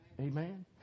Amen